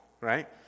right